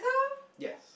yes